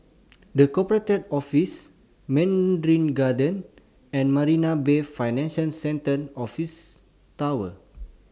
The Corporate Office Mandarin Gardens and Marina Bay Financial Centre Office Tower